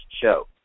show